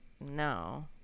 no